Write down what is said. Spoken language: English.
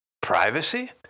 Privacy